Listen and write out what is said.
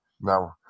Now